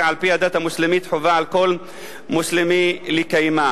שעל-פי הדת המוסלמית חובה על כל מוסלמי לקיימה.